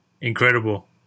Incredible